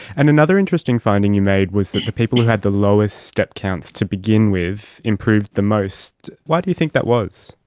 and another interesting finding you made was that the people who had the lowest step counts to begin with improved the most. why do you think that was?